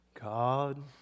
God